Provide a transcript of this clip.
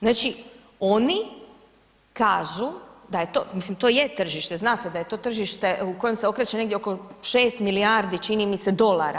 Znači oni kažu da je to, mislim to je tržište, zna se da je to tržište u kojem se okreće negdje oko 6 milijardi, čini mi se dolara.